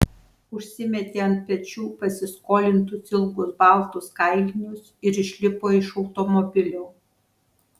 užsimetė ant pečių pasiskolintus ilgus baltus kailinius ir išlipo iš automobilio